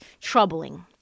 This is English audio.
troubling